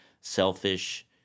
selfish